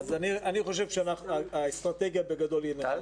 אני חושב שהאסטרטגיה בגדול היא נכונה.